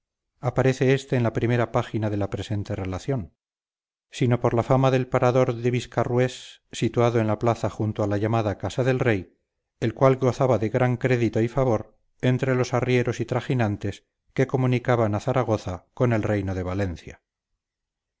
aparece este en la primera página de la presente relación sino por la fama del parador de viscarrués situado en la plaza junto a la llamada casa del rey el cual gozaba de gran crédito y favor entre los arrieros y trajinantes que comunicaban a zaragoza con el reino de valencia